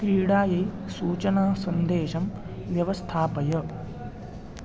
क्रीडायै सूचनासन्देशं व्यवस्थापय